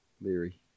Leary